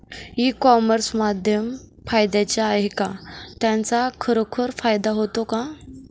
E commerce माध्यम फायद्याचे आहे का? त्याचा खरोखर फायदा होतो का?